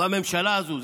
בממשלה הזאת.